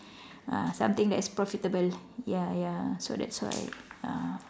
ah something that is profitable ya ya so that's why ah